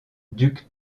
duc